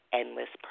endless